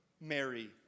Mary